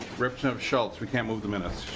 representative schultz we can't move the minutes.